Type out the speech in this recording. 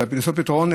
ולמצוא פתרונות,